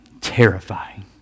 terrifying